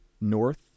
North